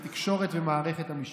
התקשורת ומערכת המשפט.